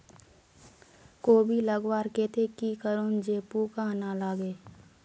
कोबी लगवार केते की करूम जे पूका ना लागे?